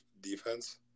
defense